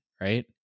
right